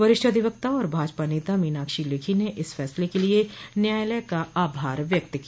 वरिष्ठ अधिवक्ता और भाजपा नेता मीनाक्षी लेखी ने इस फैसले के लिए न्यायालय का आभार व्यक्त किया